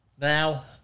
Now